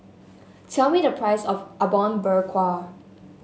tell me the price of Apom Berkuah